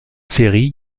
séries